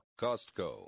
Costco